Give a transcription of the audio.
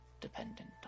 dependent